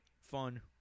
fun